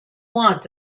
want